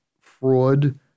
fraud